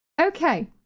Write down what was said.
Okay